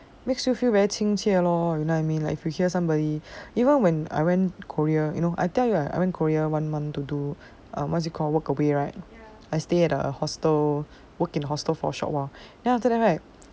makes you feel very 亲切 lor like when we hear somebody you know even when I went korea I tell you right I went korea one month to do what is it call work away right I stay at a hostel work in hostel for a short while then after that right